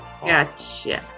Gotcha